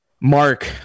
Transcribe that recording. mark